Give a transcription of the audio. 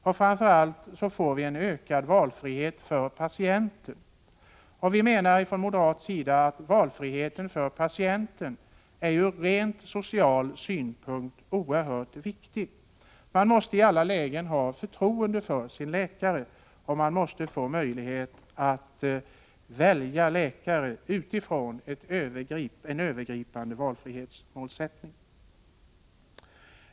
Men framför allt får vi en ökad valfrihet för patienten. Från moderat sida menar vi att valfriheten för patienten ur rent social synpunkt är oerhört viktig. Man måste i alla lägen ha förtroende för sin läkare, och man måste få möjlighet att välja läkare utifrån en övergripande valfrihetsmålsättning.